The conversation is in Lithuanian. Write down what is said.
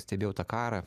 stebėjau tą karą